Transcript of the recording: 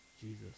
jesus